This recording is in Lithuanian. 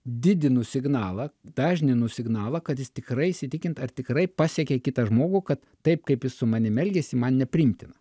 didinu signalą dažninu signalą kad jis tikrai įsitikint ar tikrai pasiekė kitą žmogų kad taip kaip jis su manim elgiasi man nepriimtina